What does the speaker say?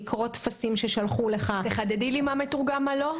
לקרוא טפסים ששלחו לך --- תחדדי לי מה מתורגם בביטוח הלאומי ומה לא.